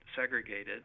segregated